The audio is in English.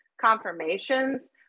confirmations